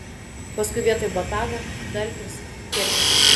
paskui vietoj botago dalgis kirvis